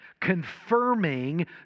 confirming